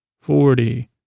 forty